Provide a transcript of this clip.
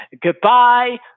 goodbye